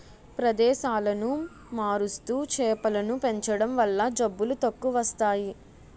ప్రదేశాలను మారుస్తూ చేపలను పెంచడం వల్ల జబ్బులు తక్కువస్తాయి